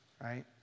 right